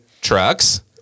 trucks